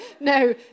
no